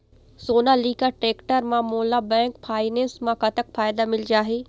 Sonalika tractor म मोला bank finance म कतक फायदा मिल जाही?